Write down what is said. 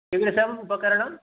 कीदृशम् उपकरणम्